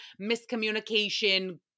miscommunication